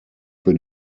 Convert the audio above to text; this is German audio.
für